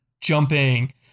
jumping